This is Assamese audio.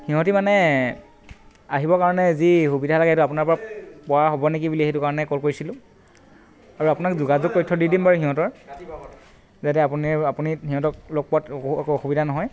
সিহঁতি মানে আহিবৰ কাৰণে যি সুবিধা লাগে সেইটো আপোনাৰ পৰা পোৱা হ'ব নেকি বুলি সেইটো কাৰণে কল কৰিছিলোঁ আৰু আপোনাক যোগাযোগ তথ্য দি দিম বাৰু সিহঁতৰ যাতে আপুনি আপুনি সিহঁতক লগ পোৱাত একো অসুবিধা নহয়